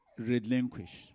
relinquish